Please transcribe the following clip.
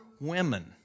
women